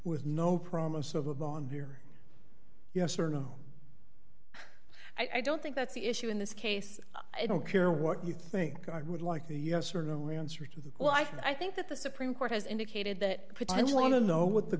with no promise of a bond here yes or no i don't think that's the issue in this case i don't care what you think i would like the yes or no answer to that well i think i think that the supreme court has indicated that puts i want to know what the